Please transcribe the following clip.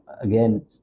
again